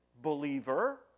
believer